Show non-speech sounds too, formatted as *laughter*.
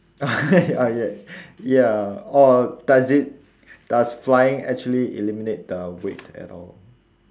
*noise* oh ya ya or does it does flying actually eliminate the weight at all